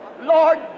Lord